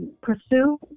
Pursue